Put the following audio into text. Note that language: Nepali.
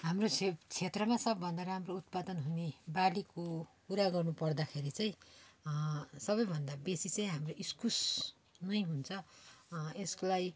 हाम्रो छेप क्षेत्रमा सबभन्दा राम्रो उत्पादन हुने बालीको कुरा गर्नु पर्दाखेरि चाहिँ सबभन्दा बेसी चाहिँ हाम्रो इस्कुस नै हुन्छ यसलाई